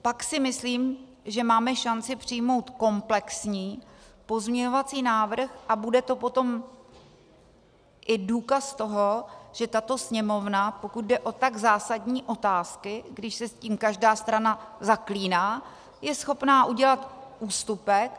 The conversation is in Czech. Pak si myslím, že máme šanci přijmout komplexní pozměňovací návrh, a bude to potom i důkaz toho, že tato Sněmovna, pokud jde o tak zásadní otázky, když se tím každá strana zaklíná, je schopná udělat ústupek.